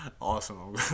Awesome